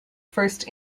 first